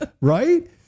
right